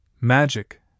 Magic